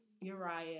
uriah